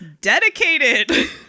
dedicated